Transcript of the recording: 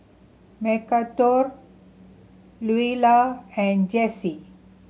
Mcarthur Luella and Jacey